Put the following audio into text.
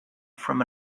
from